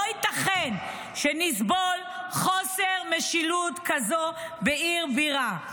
לא ייתכן שנסבול חוסר משילות כזו בעיר בירה.